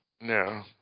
No